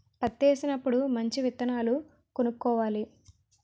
పత్తేసినప్పుడు మంచి విత్తనాలు కొనుక్కోవాలి